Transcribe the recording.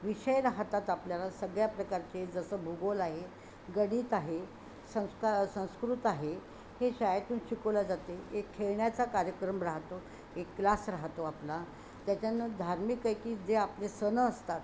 विषय राहतात आपल्याला सगळ्या प्रकारचे जसं भूगोल आहे गणित आहे संस्कार संस्कृत आहे हे शाळेतून शिकवल्या जाते एक खेळण्याचा कार्यक्रम राहतो एक क्लास राहतो आपला त्याच्यानं धार्मिक काहीकाही जे आपले सण असतात